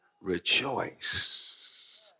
rejoice